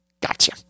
Gotcha